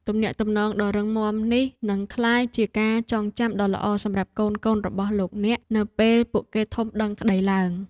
ទំនាក់ទំនងដ៏រឹងមាំនេះនឹងក្លាយជាការចងចាំដ៏ល្អសម្រាប់កូនៗរបស់លោកអ្នកនៅពេលពួកគេធំដឹងក្តីឡើង។